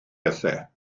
bethau